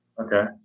Okay